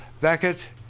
Beckett